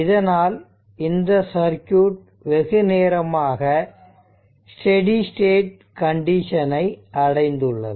இதனால் இந்த சர்க்யூட் வெகுநேரமாக ஸ்டெடி ஸ்டேட் கண்டிஷனை அடைந்துள்ளது